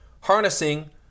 harnessing